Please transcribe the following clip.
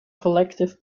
collective